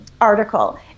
article